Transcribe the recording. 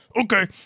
Okay